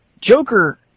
Joker